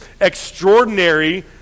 extraordinary